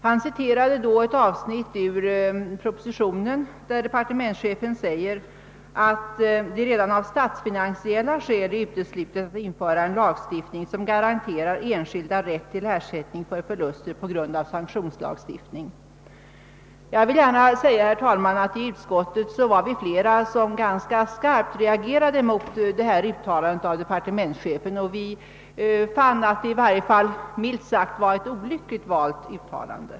Han citerade då ett avsnitt i propositionen, där departementschefen säger att det redan av statsfinansiella skäl är uteslutet att införa en lagstiftning, som garanterar enskild person rätt till ersättning för förluster på grund av sanktionslagstiftningen. Jag vill säga, herr talman, att i utskottet var vi flera som starkt reagerade mot detta uttlande av departementschefen och som fann att det i varje fall var minst sagt olyckligt formulerat.